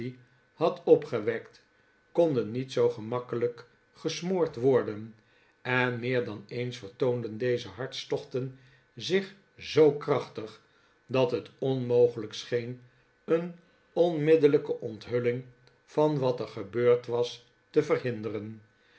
had opgewekt konden niet zoo gemakkelijk gesmoord worden en meer dan eens vertoonden deze hartstochten zich zoo krachtig dat het onmogelijk scheen een onmiddellijke bnthulling van wat er gebeurd was te verhinderen